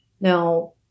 Now